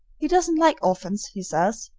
he doesn't like orphans, he says,